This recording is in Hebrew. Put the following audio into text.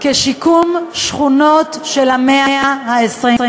כשיקום שכונות של המאה ה-21.